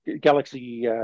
Galaxy